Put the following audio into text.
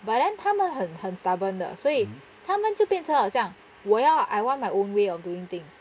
but then 他们很很 stubborn 的所以他们就变成好像我要 I want my own way of doing things